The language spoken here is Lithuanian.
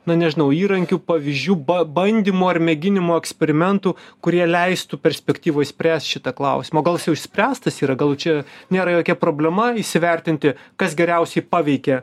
na nežinau įrankių pavyzdžių ba bandymų ar mėginimų eksperimentų kurie leistų perspektyvoj spręst šitą klausimą o gal jis jau išspręstas yra gal čia nėra jokia problema įsivertinti kas geriausiai paveikia